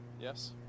yes